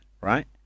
Right